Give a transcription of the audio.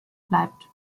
bleibt